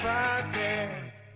Podcast